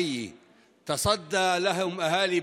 המבנים שלהם.